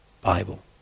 Bible